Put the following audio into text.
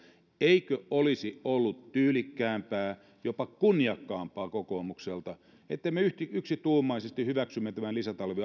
eikö olisi ollut tyylikkäämpää jopa kunniakkaampaa kokoomukselta että me yksituumaisesti hyväksymme tämän